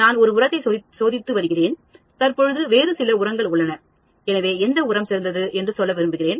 நான் ஒரு உரத்தை சோதித்து வருகிறேன் தற்போது வேறு சில உரங்கள் உள்ளன எனவே எந்த உரம் சிறந்தது என்று சொல்ல விரும்புகிறேன்